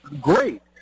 great